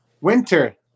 Winter